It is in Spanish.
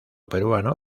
peruano